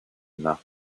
nach